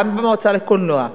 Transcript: גם במועצה לקולנוע,